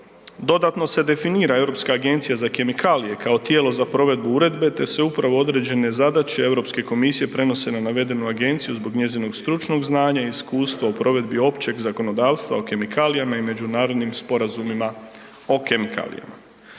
Dodano se definira Europska agencija za kemikalije kao tijelo za provedbu uredbe te se upravo određene zadaće Europske komisije prenose na navedenu agenciju zbog njezinog stručnog znanja i iskustva u provedbi općeg zakonodavstva o kemikalijama i međunarodnim sporazumima o kemikalijama.